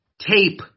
tape